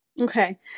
Okay